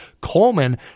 Coleman